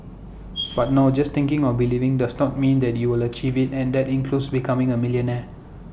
but no just thinking or believing does not mean that you will achieve IT and that includes becoming A millionaire